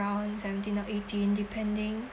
around seventeen or eighteen depending